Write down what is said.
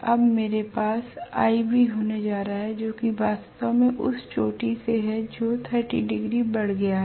अब मेरे पास iB होने जा रहा है जो कि वास्तव में उस चोटी से है जो 30 डिग्री बढ़ गया है